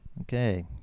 Okay